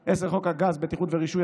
10. חוק הגז (בטיחות ורישוי),